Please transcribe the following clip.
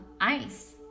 ice